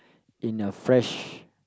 in a fresh